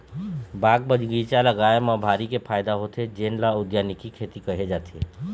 बाग बगीचा लगाए म भारी के फायदा होथे जेन ल उद्यानिकी खेती केहे जाथे